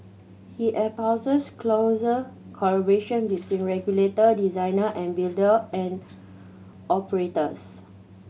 he espouses closer collaboration between regulator designer and builder and operators